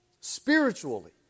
spiritually